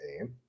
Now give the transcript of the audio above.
name